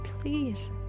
please